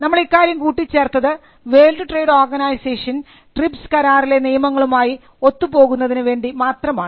നമ്മൾ ഇക്കാര്യം കൂട്ടിച്ചേർത്തത് വേൾഡ് ട്രേഡ് ഓർഗനൈസേഷൻ ട്രിപ്സ് കരാറിലെ നിയമങ്ങളുമായി ഒത്തു പോകുന്നതിനു വേണ്ടി മാത്രമാണ്